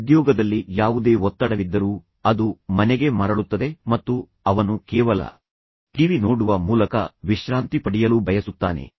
ಉದ್ಯೋಗದಲ್ಲಿ ಯಾವುದೇ ಒತ್ತಡವಿದ್ದರೂ ಅದು ಮನೆಗೆ ಮರಳುತ್ತದೆ ಮತ್ತು ಅವನು ಕೇವಲ ಟಿವಿ ನೋಡುವ ಮೂಲಕ ವಿಶ್ರಾಂತಿ ಪಡಿಯಲು ಬಯಸುತ್ತಾನೆ